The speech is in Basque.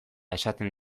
esaten